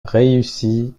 réussi